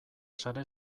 sare